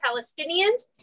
Palestinians